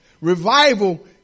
Revival